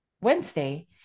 wednesday